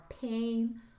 pain